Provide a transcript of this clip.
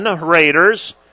Raiders